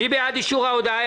מי בעד אישור ההודעה?